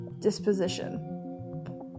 disposition